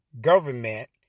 government